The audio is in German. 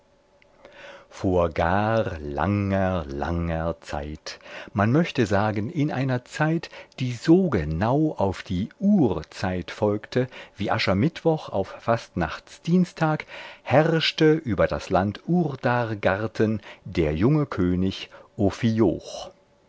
vor gar langer langer zeit man möchte sagen in einer zeit die so genau auf die urzeit folgte wie aschermittwoch auf fastnachtsdienstag herrschte über das land urdargarten der junge könig